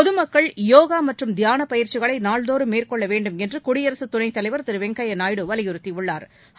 பொதுமக்கள் யோகா மற்றும் தியான பயிற்சிகளை நாள்தோறும் மேற்கொள்ள வேண்டும் என்று குடியரசு துணைத் தலைவர் திரு வெங்கய்யா நாயுடு வலியுறுத்தியுள்ளாா்